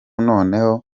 noneho